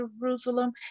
Jerusalem